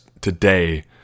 today